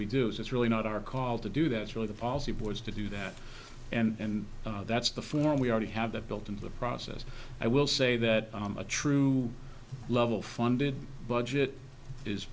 we do is it's really not our call to do that it's really the policy boards to do that and that's the form we already have that built into the process i will say that a true level funded budget is